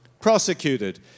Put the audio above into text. prosecuted